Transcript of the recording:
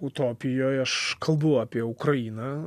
utopijoj aš kalbu apie ukrainą